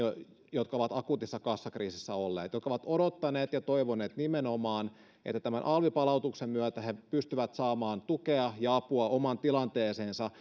jotka ovat akuutissa kassakriisissä olleet jotka ovat odottaneet ja toivoneet nimenomaan että tämän alvipalautuksen myötä he pystyvät saamaan tukea ja apua omaan tilanteeseensa